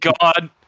god